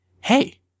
Hey